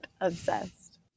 Obsessed